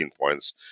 points